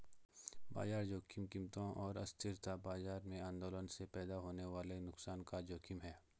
बाजार जोखिम कीमतों और अस्थिरता बाजार में आंदोलनों से पैदा होने वाले नुकसान का जोखिम है